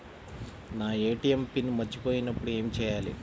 నా ATM PIN మర్చిపోయినప్పుడు ఏమి చేయాలి?